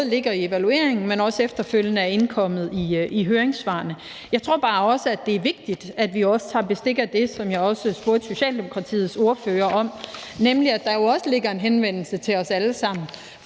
ligger i evalueringen, men også efterfølgende er indkommet i høringssvarene. Jeg tror bare også, at det er vigtigt, at vi også tager bestik af det, som jeg også spurgte Socialdemokratiets ordfører om, nemlig, at der jo også ligger en henvendelse til os alle sammen